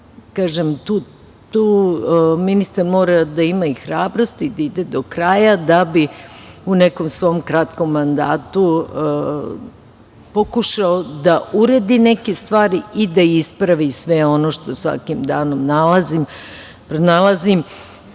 Kažem, tu ministar mora da ima i hrabrosti da ide do kraja, da bi u nekom svom kratkom mandatu pokušao da uredi neke stvari i da ispravi sve ono što svakim danom nalazim. Kažem,